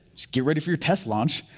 just get ready for your test launch.